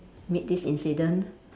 meet this incident